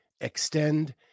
Extend